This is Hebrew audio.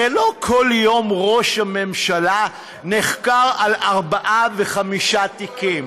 הרי לא כל יום ראש הממשלה נחקר על ארבעה וחמישה תיקים.